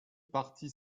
parti